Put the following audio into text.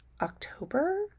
October